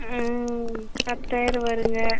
பத்தாயிரம் வருங்க